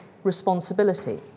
responsibility